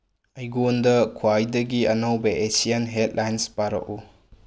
ꯑꯩꯉꯣꯟꯗ ꯈ꯭ꯋꯥꯏꯗꯒꯤ ꯑꯅꯧꯕ ꯑꯦꯁꯤꯌꯥꯟ ꯍꯦꯠꯂꯥꯏꯟꯁ ꯄꯥꯔꯛꯎ